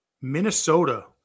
Minnesota